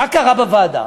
מה קרה בוועדה?